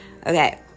okay